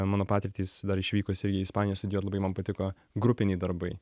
mano patirtys dar išvykus irgi į ispaniją studijuot labai man patiko grupiniai darbai